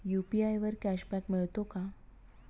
UPI वर cashback मिळतो का?